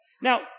Now